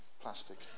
plastic